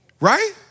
Right